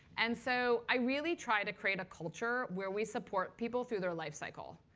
and so i really try to create a culture where we support people through their life cycle.